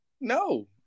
No